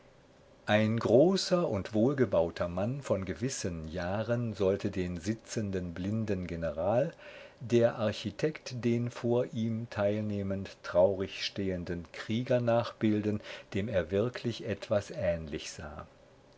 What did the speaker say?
ein großer und wohlgebauter mann von gewissen jahren sollte den sitzenden blinden general der architekt den vor ihm teilnehmend traurig stehenden krieger nachbilden dem er wirklich etwas ähnlich sah